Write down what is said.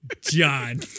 John